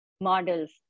models